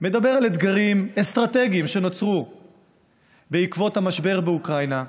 מדבר על אתגרים אסטרטגיים שנוצרו בעקבות המשבר באוקראינה.